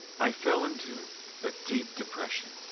i fell into a deep depression.